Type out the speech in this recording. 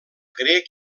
grec